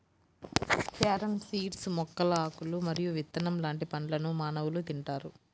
carom seeds మొక్కల ఆకులు మరియు విత్తనం లాంటి పండ్లను మానవులు తింటారు